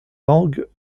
langue